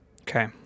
Okay